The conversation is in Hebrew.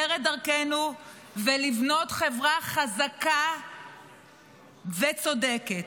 את דרכנו ולבנות חברה חזקה וצודקת.